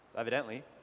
evidently